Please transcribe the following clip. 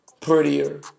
prettier